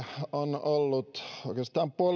on ollut oikeastaan